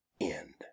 end